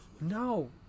No